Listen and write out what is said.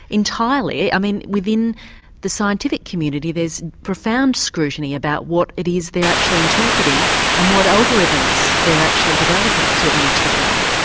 entirely. i mean within the scientific community there's profound scrutiny about what it is they are actually interpreting and what algorithms they are actually developing to image the brain.